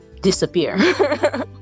disappear